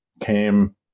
came